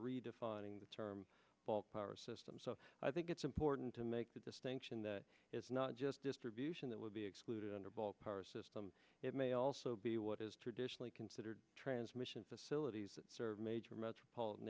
redefining the term power system so i think it's important to make the distinction that it's not just distribution that would be excluded under ball power system it may also be what is traditionally considered transmission facilities that serve major metropolitan